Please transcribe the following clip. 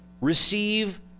receive